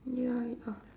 ya I oh